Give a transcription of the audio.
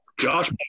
Josh